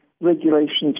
regulations